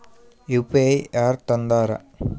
UPI ಯಾರ್ ತಂದಾರ?